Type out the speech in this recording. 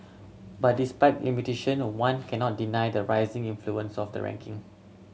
but despite limitation the one cannot deny the rising influence of the ranking